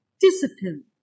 Discipline